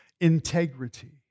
integrity